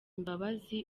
imbabazi